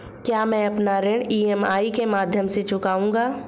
क्या मैं अपना ऋण ई.एम.आई के माध्यम से चुकाऊंगा?